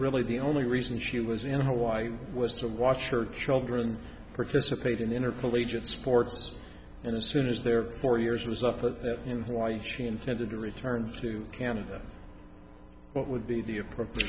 really the only reason she was in hawaii was to watch her children participate in the intercollegiate sports and the soon as their four years was up in hawaii she intended to return to canada what would be the appropriate